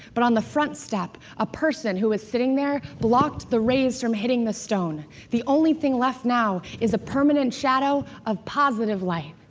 but on the front step a person who was sitting there blocked the rays from hitting the stone. the only thing left now is a permanent shadow of positive life.